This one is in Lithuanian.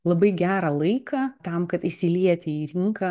labai gerą laiką tam kad įsilieti į rinką